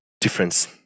difference